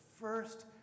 first